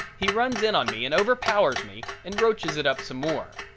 he runs in on me and overpowers me and roaches it up some more.